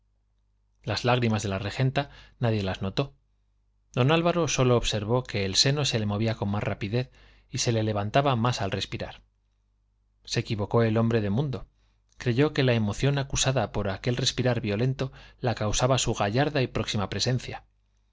las lágrimas de la regenta nadie las notó don álvaro sólo observó que el seno se le movía con más rapidez y se levantaba más al respirar se equivocó el hombre de mundo creyó que la emoción acusada por aquel respirar violento la causaba su gallarda y próxima presencia